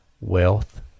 wealth